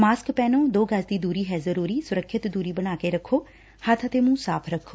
mask ਪਹਿਨੋ ਦੋ ਗਜ਼ ਦੀ ਦੂਰੀ ਹੈ ਜ਼ਰੂਰੀ ਸੁਰੱਖਿਅਤ ਦੂਰੀ ਬਣਾ ਕੇ ਰਖੋ ਹੱਬ ਅਤੇ ਮੂੰਹ ਸਾਫ਼ ਰੱਖੋ